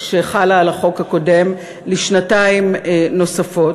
שחלה על החוק הקודם לשנתיים נוספות.